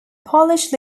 polish